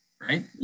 right